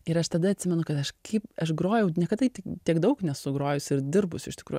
ir aš tada atsimenu kad aš kaip aš grojau niekada tiek daug nesu grojus ir dirbus iš tikrųjų